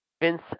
Vince